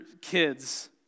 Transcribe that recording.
kids